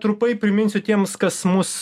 trupai priminsiu tiems kas mus